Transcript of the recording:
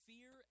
Fear